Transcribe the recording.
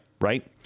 Right